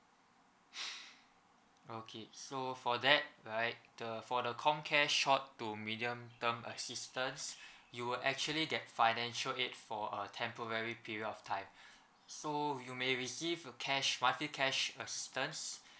okay so for that right the for the comcare short to medium term assistance you will actually get financial aid for a temporary period of time so you may receive a cash monthly cash assistance